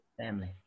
family